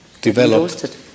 developed